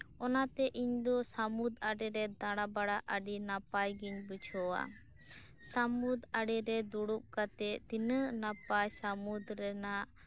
ᱚᱱᱟᱛᱮ ᱤᱧᱫᱚ ᱥᱟᱹᱢᱩᱫᱽ ᱟᱲᱮᱨᱮ ᱫᱟᱬᱟ ᱵᱟᱲᱟ ᱟᱹᱰᱤ ᱱᱟᱯᱟᱭᱜᱮᱧ ᱵᱩᱡᱷᱟᱹᱣᱟ ᱥᱟᱢᱩᱫᱽ ᱟᱲᱮᱨᱮ ᱫᱩᱲᱩᱵ ᱠᱟᱛᱮᱫ ᱛᱤᱱᱟᱹᱜ ᱱᱟᱯᱟᱭ ᱥᱟᱹᱢᱩᱫᱽ ᱨᱮᱱᱟᱜ